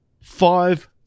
five